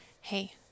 hey